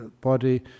body